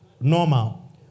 normal